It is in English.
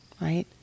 right